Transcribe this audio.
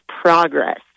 progress